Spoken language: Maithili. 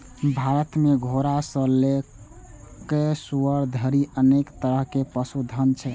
भारत मे घोड़ा सं लए कए सुअर धरि अनेक तरहक पशुधन छै